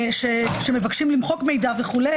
כשמבקשים למחוק מידע וכו',